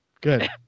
Good